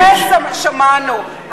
משה שמענו,